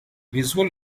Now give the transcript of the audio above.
visual